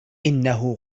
إنه